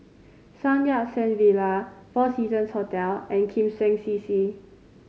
Sun Yat Sen Villa Four Seasons Hotel and Kim Seng CC